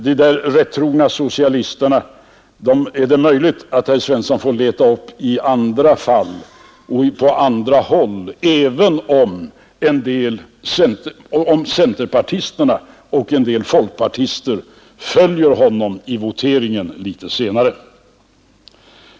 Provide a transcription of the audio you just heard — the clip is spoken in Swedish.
De där rätttrogna socialisterna är det möjligt att herr Svensson får leta upp i andra fall och på andra håll, även om en del centerpartister och en del folkpartister följer herr Svensson vid voteringen litet senare.